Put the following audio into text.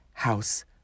House